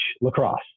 lacrosse